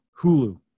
hulu